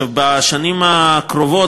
בשנים הקרובות,